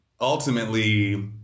ultimately